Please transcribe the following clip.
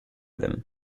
them